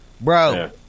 Bro